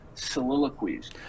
Soliloquies